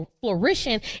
flourishing